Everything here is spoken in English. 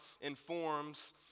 informs